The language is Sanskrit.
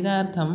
एतदर्थं